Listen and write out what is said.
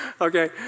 Okay